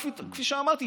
כפי שאמרתי,